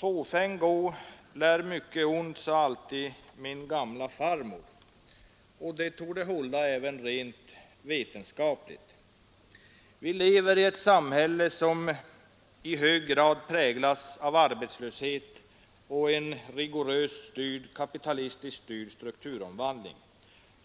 hårt: ”Fåfäng gå Onsdagen den lär mycket ont” sade alltid min gamla farmor, och det torde hålla även 7 mars 1973 rent vetenskapligt. Vi lever i ett samhälle som i hög grad präglas av I —— arbetslöshet och en rigorös, kapitalistiskt styrd strukturomvandling.